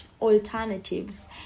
alternatives